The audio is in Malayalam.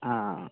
ആ ആ ആ